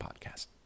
podcast